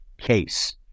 case